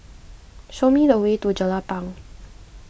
show me the way to Jelapang